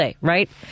right